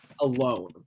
alone